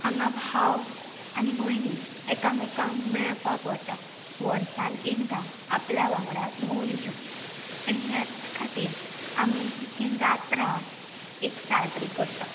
हांगां भाव आनी भयणीं एकामेकांक मेळपाक वतां वर्सांन एकदा आपल्या वांगडां धोंड घेवन आनी ह्याच खातीर ती जात्रा एक साजरी करतां